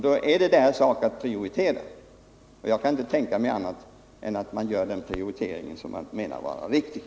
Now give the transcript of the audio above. Det är då deras sak att prioritera, och jag kan inte tänka mig annat än att man där gör den prioritering som man anser vara den riktiga.